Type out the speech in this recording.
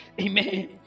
Amen